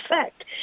effect